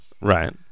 Right